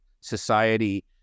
society